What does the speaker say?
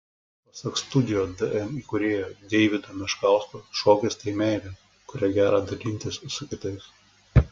pasak studio dm įkūrėjo deivido meškausko šokis tai meilė kuria gera dalintis su kitais